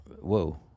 Whoa